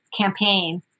campaign